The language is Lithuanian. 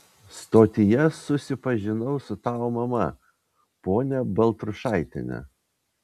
stotyje susipažinau su tavo mama ponia baltrušaitiene